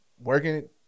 working